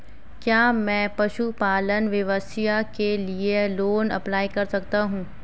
क्या मैं पशुपालन व्यवसाय के लिए लोंन अप्लाई कर सकता हूं?